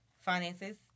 Finances